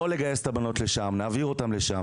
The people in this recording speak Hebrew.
לא לגייס את הבנות לשם אלא נעביר אותן משם.